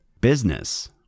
Business